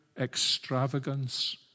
extravagance